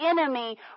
enemy